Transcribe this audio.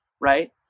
right